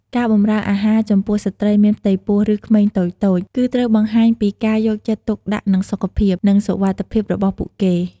ការបម្រើអាហារចំពោះស្ត្រីមានផ្ទៃពោះ ឬក្មេងតូចៗ គឺត្រូវបង្ហាញពី ការយកចិត្តទុកដាក់នឹងសុខភាព និងសុវត្ថិភាព របស់ពួកគេ។